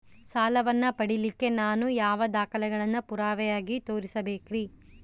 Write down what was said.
ಸಾಲವನ್ನು ಪಡಿಲಿಕ್ಕೆ ನಾನು ಯಾವ ದಾಖಲೆಗಳನ್ನು ಪುರಾವೆಯಾಗಿ ತೋರಿಸಬೇಕ್ರಿ?